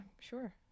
sure